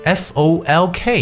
folk